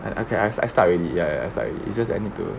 and I can ask I start already I as I it's just editor